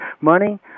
money